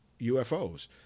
UFOs